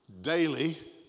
daily